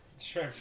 Sure